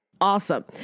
awesome